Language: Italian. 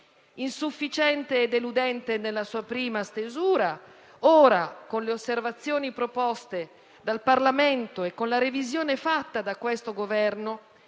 Insufficiente e deludente nella sua prima stesura, ora, con le osservazioni proposte dal Parlamento e con la revisione fatta da questo Governo,